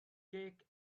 cake